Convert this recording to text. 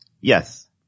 Yes